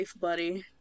buddy